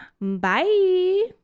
bye